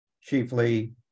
chiefly